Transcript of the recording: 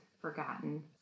forgotten